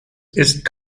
ist